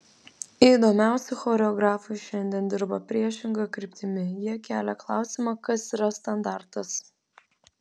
įdomiausi choreografai šiandien dirba priešinga kryptimi jie kelia klausimą kas yra standartas